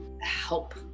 help